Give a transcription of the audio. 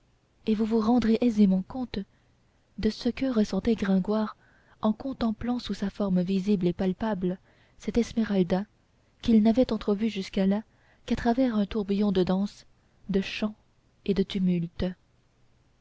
et vous vous rendrez aisément compte de ce que ressentait gringoire en contemplant sous sa forme visible et palpable cette esmeralda qu'il n'avait entrevue jusque-là qu'à travers un tourbillon de danse de chant et de tumulte